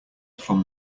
from